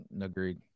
Agreed